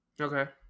Okay